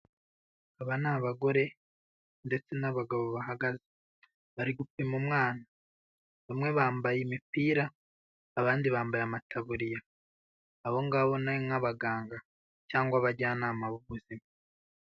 Aba ni abagore ndetse n'abagabo bahagaze, bari gupima umwana bamwe bambaye imipira, abandi bambaye amataburiya. Abo ngabo ni nk'abaganga cyangwa abajyanama b'ubuzima.